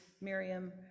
Miriam